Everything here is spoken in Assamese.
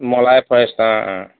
মলাই ফৰেষ্ট অ অ